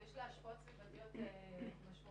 ויש לה השפעות סביבתיות משמעותיות.